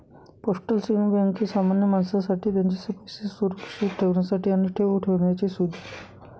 postal saving bank ही सामान्य माणसासाठी त्यांचे पैसे सुरक्षित ठेवण्याची आणि ठेव ठेवण्याची सुविधा आहे